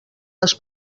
les